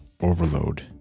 overload